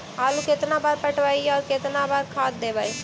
आलू केतना बार पटइबै और केतना बार खाद देबै?